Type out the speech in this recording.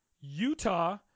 utah